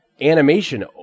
animation